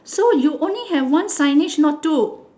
so you only have one signage not two